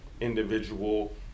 individual